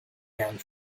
and